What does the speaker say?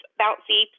bouncy